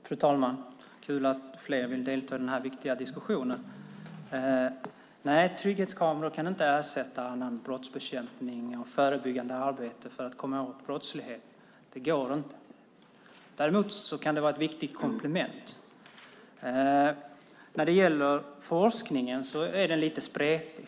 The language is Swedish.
Fru talman! Det är kul att fler vill delta i den här viktiga diskussionen. Trygghetskameror kan inte ersätta annan brottsbekämpning och förebyggande arbete för att komma åt brottslighet. Det går inte. Däremot kan det vara ett viktigt komplement. Forskningen är lite spretig.